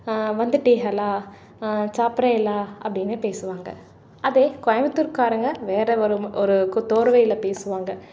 வந்துவிட்டீகளா சாப்பிறேலா அப்படின்னு பேசுவாங்க அதே கோயமுத்தூர்க்காரங்கள் வேறு ஒரு ஒரு கு தோர்வையில் பேசுவாங்க